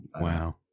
Wow